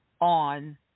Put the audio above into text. on